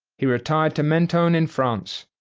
he retired to menton in france.